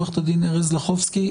עורכת הדין ארז לחובסקי,